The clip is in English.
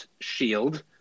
shield